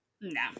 No